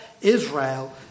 Israel